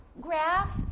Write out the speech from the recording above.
graph